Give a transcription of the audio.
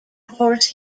horse